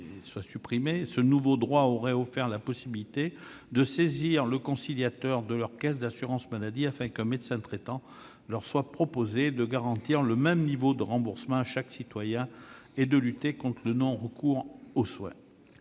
Ce nouveau droit aurait offert la possibilité de saisir le conciliateur de la caisse d'assurance maladie, afin qu'un médecin traitant disponible soit proposé, de garantir le même niveau de remboursement à chaque citoyen et de lutter contre le non-recours aux soins.